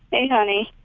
hey, honey.